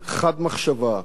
מתעניין ושואל,